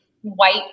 white